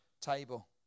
table